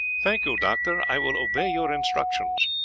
thank you, doctor, i will obey your instructions.